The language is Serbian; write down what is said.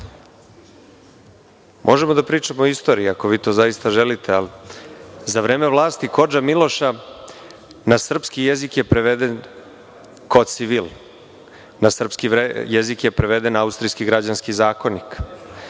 Možemo da pričamo o istoriji, ako vi to zaista želite. Za vreme vlasti kodža Miloša na srpski jezik je preveden „koci vil“. Na srpski jezik je preveden austrijski građanski zakonik.Za